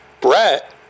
Brett